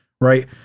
right